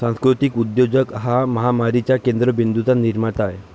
सांस्कृतिक उद्योजक हा महामारीच्या केंद्र बिंदूंचा निर्माता आहे